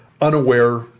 unaware